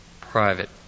private